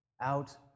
out